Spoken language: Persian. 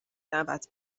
دعوت